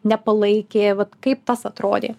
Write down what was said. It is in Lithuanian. nepalaikė vat kaip tas atrodė